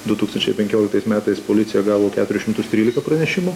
du tūkstančiai penkioliktais metais policija gavo keturi šimtus trylika pranešimų